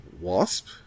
Wasp